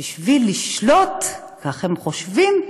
ובשביל לשלוט, כך הם חושבים,